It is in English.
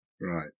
Right